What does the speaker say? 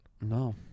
No